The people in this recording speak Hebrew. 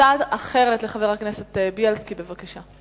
הצעה אחרת לחבר הכנסת בילסקי, בבקשה.